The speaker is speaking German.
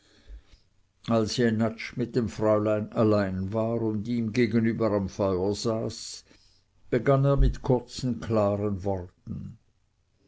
als jenatsch mit dem fräulein allein war und ihm gegenüber am feuer saß begann er mit kurzen klaren worten